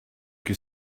que